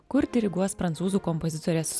kur diriguos prancūzų kompozitorės